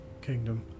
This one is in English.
kingdom